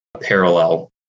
parallel